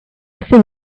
thing